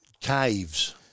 Caves